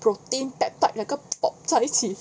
protein peptide 两个 bok 在一起